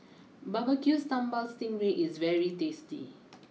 BBQ Sambal Sting Ray is very tasty